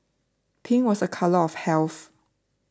pink was a colour of health